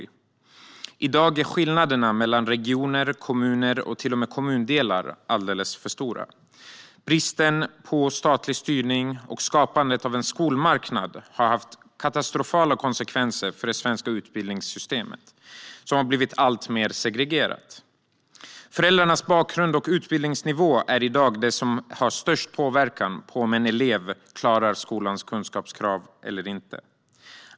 I dag är skillnaderna mellan regioner, kommuner och till och med kommundelar alldeles för stora. Bristen på statlig styrning och skapandet av en skolmarknad har lett till katastrofala konsekvenser i det svenska utbildningssystemet, som har blivit alltmer segregerat. Föräldrarnas bakgrund och utbildningsnivå är i dag det som har mest påverkan på om en elev klarar skolans kunskapskrav eller inte.